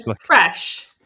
fresh